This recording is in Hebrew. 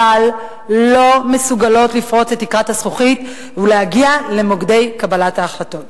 כלל לא מסוגלות לפרוץ את תקרת הזכוכית ולהגיע למוקדי קבלת ההחלטות.